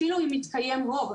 אפילו אם יתקיים רוב.